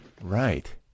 Right